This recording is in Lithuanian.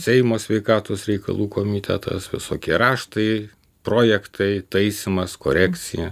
seimo sveikatos reikalų komitetas visokie raštai projektai taisymas korekcija